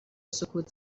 سکوت